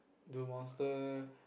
do monster